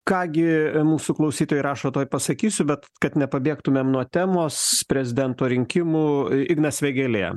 ką gi mūsų klausytojai rašo tuoj pasakysiu bet kad nepabėgtumėm nuo temos prezidento rinkimų ignas vėgėlė